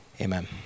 Amen